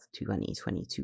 2022